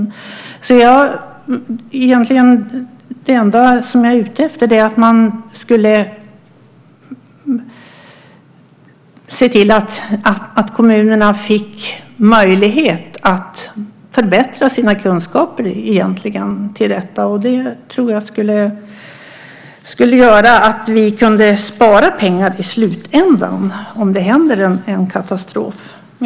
Det enda jag egentligen är ute efter är alltså att man skulle se till att kommunerna fick möjlighet att förbättra sina kunskaper i detta. Det tror jag skulle göra att vi kunde spara pengar i slutändan om det händer en katastrof.